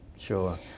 Sure